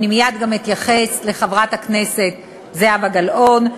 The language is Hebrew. ואני מייד אתייחס גם לחברת הכנסת זהבה גלאון,